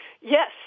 Yes